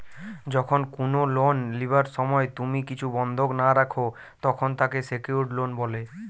যখন কুনো লোন লিবার সময় তুমি কিছু বন্ধক না রাখো, তখন তাকে সেক্যুরড লোন বলে